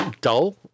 dull